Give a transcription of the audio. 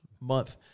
month